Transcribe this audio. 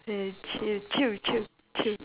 eh chill chill chill chill